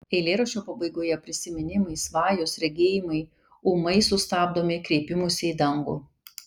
eilėraščio pabaigoje prisiminimai svajos regėjimai ūmai sustabdomi kreipimusi į dangų